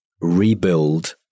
rebuild